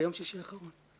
ביום שישי האחרון.